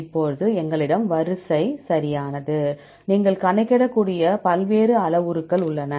இப்போது எங்களிடம் வரிசை சரியானது நீங்கள் கணக்கிடக்கூடிய பல்வேறு அளவுருக்கள் உள்ளன